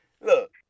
look